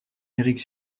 éric